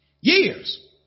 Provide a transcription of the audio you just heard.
Years